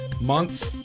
months